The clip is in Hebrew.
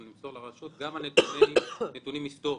גם נתונים היסטוריים.